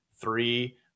Three